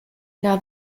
now